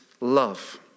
love